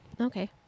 Okay